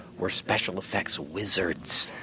we're special effects wizards.